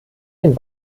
den